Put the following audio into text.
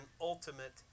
ultimate